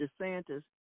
DeSantis